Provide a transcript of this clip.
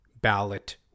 ballot